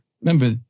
remember